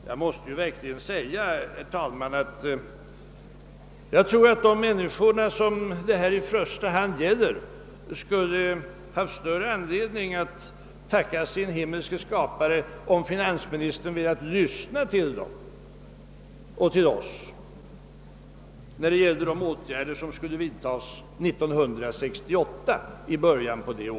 Jag måste verkligen säga, herr talman, att de människor som det här i första hand gäller skulle haft större an ledning att tacka sin himmelske Skapare om finansministern velat lyssna till dem och till oss när det gällde åtgärder som skulle vidtas i början av 1968.